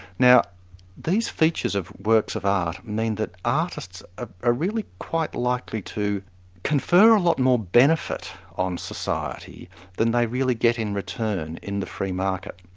now these features of works of art, mean that artists ah are really quite likely to confer a lot more benefit on society than they really get in return in the free market.